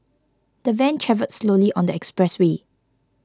the van travelled slowly on the expressway